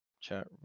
Chat